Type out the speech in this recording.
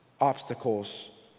obstacles